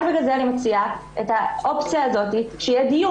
רק בגלל זה אני מציעה את האופציה הזאת שיהיה דיון.